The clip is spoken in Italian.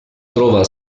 trova